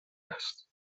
است